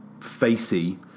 facey